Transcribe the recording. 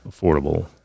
affordable